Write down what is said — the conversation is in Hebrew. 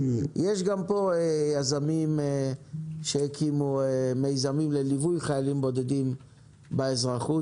יש גם פה יזמים שהקימו מיזמים לליווי חיילים בודדים באזרחות,